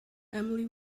emily